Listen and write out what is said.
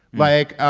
like,